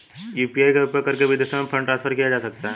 UPI का उपयोग करके विदेशों में फंड ट्रांसफर किया जा सकता है?